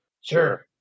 Sure